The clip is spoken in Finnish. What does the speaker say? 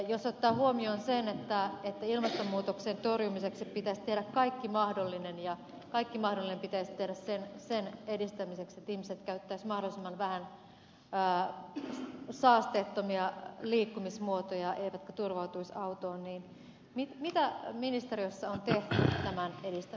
jos ottaa huomioon sen että ilmastonmuutoksen torjumiseksi pitäisi tehdä kaikki mahdollinen ja kaikki mahdollinen pitäisi tehdä sen edistämiseksi että ihmiset käyttäisivät mahdollisimman vähän saastuttavia liikkumismuotoja eivätkä turvautuisi autoon niin mitä ministeriössä on tehty tämän edistämiseksi